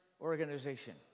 organization